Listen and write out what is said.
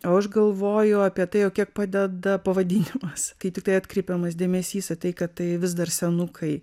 o aš galvoju apie tai o kiek padeda pavadinimas kai tiktai atkreipiamas dėmesys į tai kad tai vis dar senukai